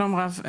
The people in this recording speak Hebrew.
שלום רב,